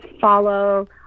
follow